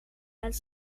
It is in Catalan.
els